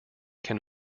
can